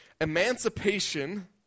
Emancipation